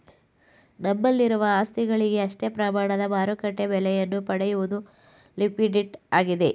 ನಮ್ಮಲ್ಲಿರುವ ಆಸ್ತಿಗಳಿಗೆ ಅಷ್ಟೇ ಪ್ರಮಾಣದ ಮಾರುಕಟ್ಟೆ ಬೆಲೆಯನ್ನು ಪಡೆಯುವುದು ಲಿಕ್ವಿಡಿಟಿಯಾಗಿದೆ